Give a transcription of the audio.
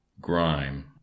Grime